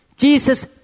Jesus